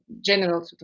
general